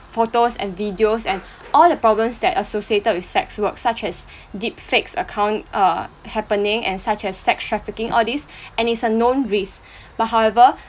photos and videos and all the problems that associated with sex work such as deep fakes account err happening and such as sex trafficking all these and it's a known risk but however